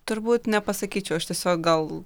turbūt nepasakyčiau aš tiesiog gal